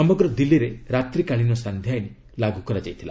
ସମଗ୍ର ଦିଲ୍ଲୀରେ ରାତ୍ରୀକାଳୀନ ସାନ୍ଧ୍ୟ ଆଇନ ଲାଗୁ କରାଯାଇଥିଲା